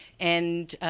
and,